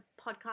podcast